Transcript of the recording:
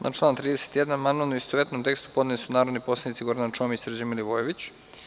Na član 31. amandman u istovetnom tekstu podneli su narodni poslanici Gordana Čomić i Srđan Milivojević.